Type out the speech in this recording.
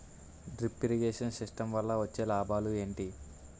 Drip irrigation system వల్ల వచ్చే లాభాలు ఏంటి?